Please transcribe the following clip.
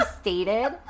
stated